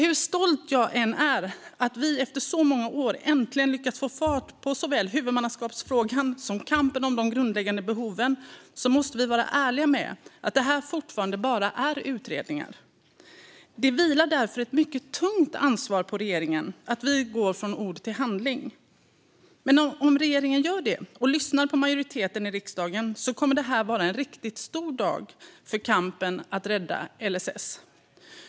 Hur stolt jag än är över att vi efter så många år äntligen har lyckats få fart på såväl frågan om huvudmannaskap som kampen om de grundläggande behoven måste vi vara ärliga med att det fortfarande bara är utredningar. Det vilar därför ett mycket tungt ansvar på regeringen att gå från ord till handling. Men om regeringen gör det och lyssnar på majoriteten i riksdagen kommer det här att vara en riktigt stor dag för kampen för att rädda LSS.